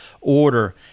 order